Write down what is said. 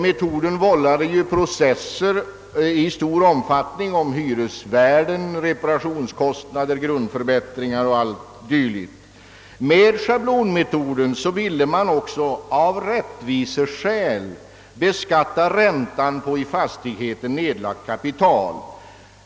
Metoden gav upphov till många processer i frågor om hyresvärden, reparationskostnader, grundförbättringar o.s.v. Med schablonmetoden ville man också av rättviseskäl beskatta räntan på i fastigheten nedlagt kapital.